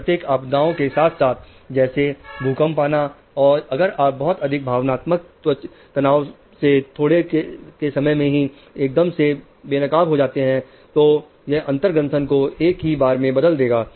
प्राकृतिक आपदाओं के साथ जैसे भूकंप आना और अगर आप बहुत अधिक भावनात्मक तनाव से थोड़े के समय में ही एकदम से बेनकाब हो जाते हैं तो यह अंतर ग्रंथन को एक ही बार में बदल देगा